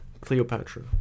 Cleopatra